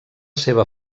seva